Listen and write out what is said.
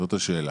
זאת השאלה.